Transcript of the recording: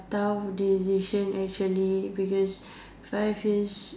tough decision actually because five years